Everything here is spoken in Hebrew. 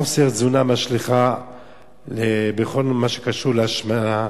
חוסר תזונה משליך בכל מה שקשור להשמנה.